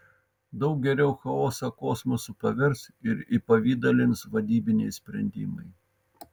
daug geriau chaosą kosmosu pavers ir įpavidalins vadybiniai sprendimai